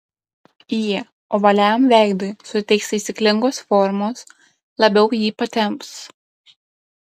jie ovaliam veidui suteiks taisyklingos formos labiau jį patemps